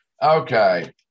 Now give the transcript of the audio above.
Okay